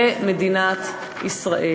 במדינת ישראל.